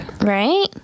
Right